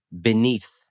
beneath